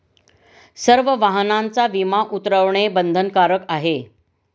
सर्व वाहनांचा विमा उतरवणे बंधनकारक आहे